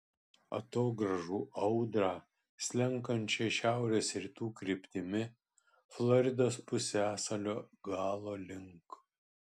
atogrąžų audrą slenkančią šiaurės rytų kryptimi floridos pusiasalio galo link